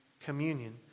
communion